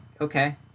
okay